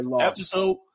episode